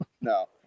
no